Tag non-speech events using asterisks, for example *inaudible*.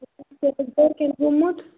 *unintelligible* گوٚمُت